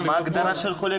מה ההגדרה של חולה קשה?